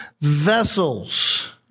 vessels